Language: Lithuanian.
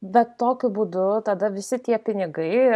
bet tokiu būdu tada visi tie pinigai